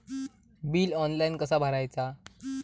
Bill online कसा भरायचा?